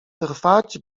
trwać